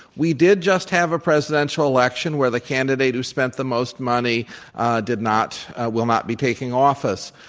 we did just have a presidential election where the candidate who spent the most money did not will not be taking office.